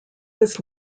was